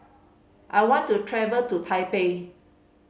I want to travel to Taipei